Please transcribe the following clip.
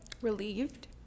Relieved